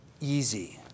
easy